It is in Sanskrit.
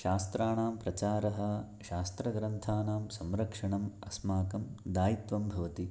शास्त्राणां प्रचारः शास्त्रग्रन्थानां संरक्षणम् अस्माकं दायित्वं भवति